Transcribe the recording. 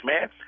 man